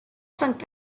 cinq